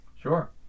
Sure